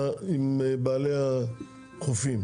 עם בעלי החופים?